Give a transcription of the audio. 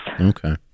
Okay